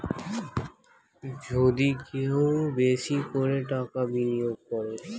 যদি কেউ বেশি করে টাকা বিনিয়োগ করে